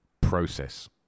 process